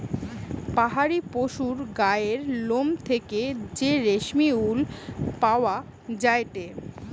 পাহাড়ি পশুর গায়ের লোম থেকে যে রেশমি উল পাওয়া যায়টে